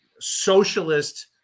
socialist